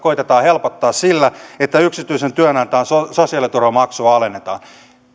sillä että yksityisen työnantajan sosiaaliturvamaksua alennetaan